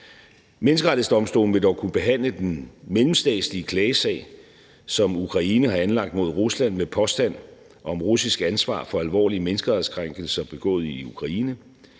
Menneskerettighedsdomstolen vil dog kunne behandle den mellemstatslige klagesag, som Ukraine har anlagt mod Rusland med påstand om russisk ansvar for alvorlige menneskerettighedskrænkelser begået i Ukraine.